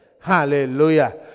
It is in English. Hallelujah